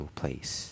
place